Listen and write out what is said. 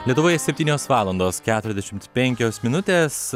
lietuvoje septynios valandos keturiasdešimt penkios minutės